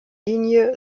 linie